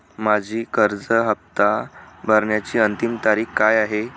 माझी कर्ज हफ्ता भरण्याची अंतिम तारीख काय आहे?